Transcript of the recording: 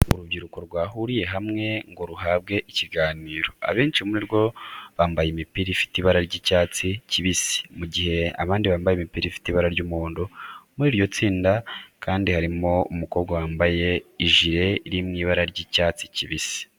Urubyiruko rwahuriye hamwe ngo ruhabwe ikiganiro. Abenshi muri rwo bambaye imipira ifite ibara ry'icyatsi kibisi mu gihe abandi bambaye imipira ifite ibara ry'umuhondo. Muri iryo tsinda kandi harimo umukobwa wambaye ijire iri mu ibara ry'icyatsi kibisi.